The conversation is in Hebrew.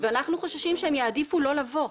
אנחנו חוששים שהם יעדיפו לא לבוא.